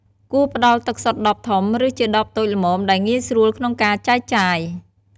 គួរផ្តល់ទឹកសុទ្ធដបធំ ឬជាដបតូចល្មមដែលងាយស្រួលក្នុងការចែកចាយ។